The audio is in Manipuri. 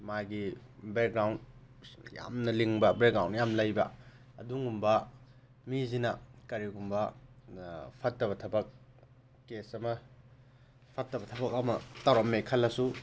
ꯃꯥꯒꯤ ꯕꯦꯛꯒ꯭ꯔꯥꯎꯟ ꯌꯥꯝꯅ ꯂꯤꯡꯕ ꯕꯦꯛꯒ꯭ꯔꯥꯎꯟ ꯌꯥꯝ ꯂꯩꯕ ꯑꯗꯨꯒꯨꯝꯕ ꯃꯤꯁꯤꯅ ꯀꯔꯤꯒꯨꯝꯕ ꯐꯠꯇꯕ ꯊꯕꯛ ꯀꯦꯁ ꯑꯃ ꯐꯠꯇꯕ ꯊꯕꯛ ꯑꯃ ꯇꯧꯔꯝꯃꯦ ꯈꯜꯂꯁꯨ